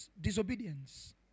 Disobedience